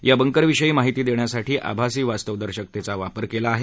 या बंकरविषयी माहिती देण्यासाठी आभासी वास्तवतादर्शकतेचा वापर केला आहे